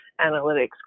analytics